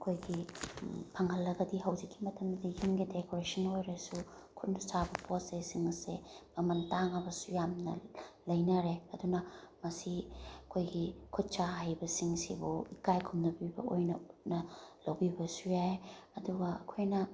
ꯑꯩꯈꯣꯏꯒꯤ ꯐꯪꯍꯜꯂꯒꯗꯤ ꯍꯧꯖꯤꯛꯀꯤ ꯃꯇꯝꯗꯗꯤ ꯌꯨꯝꯒꯤ ꯗꯦꯀꯣꯔꯦꯁꯟ ꯑꯣꯏꯔꯁꯨ ꯈꯨꯠꯅ ꯁꯥꯕ ꯄꯣꯠ ꯆꯩꯁꯤꯡ ꯑꯁꯦ ꯃꯃꯟ ꯇꯥꯡꯉꯕꯁꯨ ꯌꯥꯝꯅ ꯂꯩꯅꯔꯦ ꯑꯗꯨꯅ ꯃꯁꯤ ꯑꯩꯈꯣꯏꯒꯤ ꯈꯨꯠꯁꯥ ꯍꯩꯕꯁꯤꯡꯁꯤꯕꯨ ꯏꯀꯥꯏ ꯈꯨꯝꯅꯕꯤꯕ ꯑꯣꯏꯅ ꯎꯠꯅ ꯂꯧꯕꯤꯕꯁꯨ ꯌꯥꯏ ꯑꯗꯨꯒ ꯑꯩꯈꯣꯏꯅ